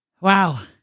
Wow